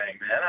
man